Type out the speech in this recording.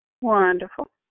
Wonderful